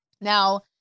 Now